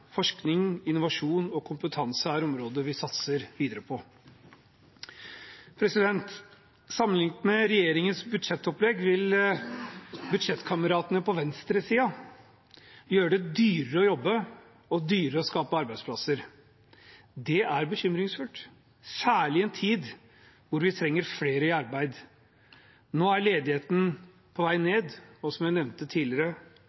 Forskning, innovasjon og kompetanse er områder vi satser videre på. Sammenlignet med regjeringens budsjettopplegg vil budsjettkameratene på venstresiden gjøre det dyrere å jobbe og dyrere å skape arbeidsplasser. Det er bekymringsfullt, særlig i en tid da vi trenger flere i arbeid. Nå er ledigheten på vei ned, og som jeg nevnte tidligere,